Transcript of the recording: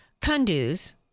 Kunduz